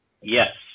Yes